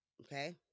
Okay